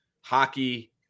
hockey